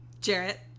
Jarrett